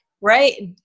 right